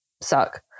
suck